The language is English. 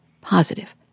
positive